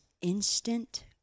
instant